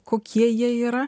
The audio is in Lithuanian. kokie jie yra